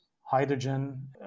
hydrogen